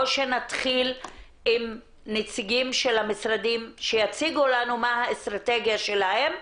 או שנתחיל עם נציגים של המשרדים מה האסטרטגיה שלהם,